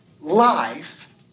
life